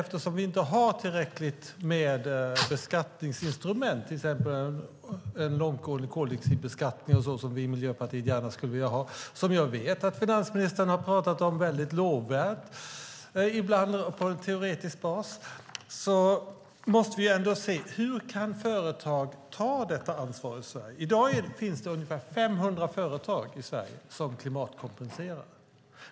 Sverige har inte tillräckligt med beskattningsinstrument, till exempel en långtgående koldioxidbeskattning som vi i Miljöpartiet gärna skulle vilja ha och som jag vet att finansministern har talat om väldigt lovvärt, ibland utifrån en teoretisk bas. I dag finns det ungefär 500 företag i Sverige som klimatkompenserar.